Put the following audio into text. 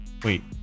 Wait